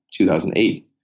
2008